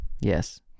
Yes